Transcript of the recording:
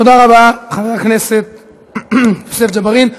תודה רבה, חבר הכנסת יוסף ג'בארין.